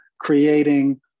creating